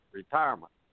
retirement